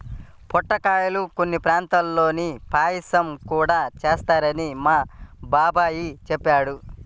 పొట్లకాయల్తో కొన్ని ప్రాంతాల్లో పాయసం గూడా చేత్తారని మా బాబాయ్ చెప్పాడు